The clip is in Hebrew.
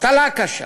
אבטלה קשה,